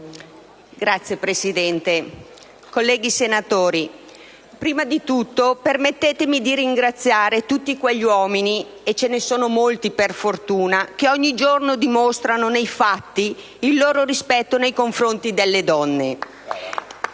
Signor Presidente, colleghi senatori, prima di tutto permettetemi di ringraziare tutti quegli uomini - e ce ne sono molti, per fortuna - che ogni giorno dimostrano nei fatti il loro rispetto nei confronti delle donne.